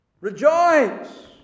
Rejoice